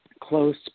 close